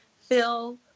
Phil